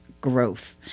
growth